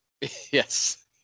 Yes